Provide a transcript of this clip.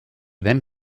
then